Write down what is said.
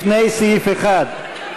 לפני סעיף 1,